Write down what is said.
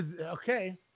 Okay